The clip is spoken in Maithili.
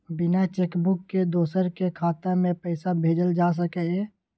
बिना चेक बुक के दोसर के खाता में पैसा भेजल जा सकै ये?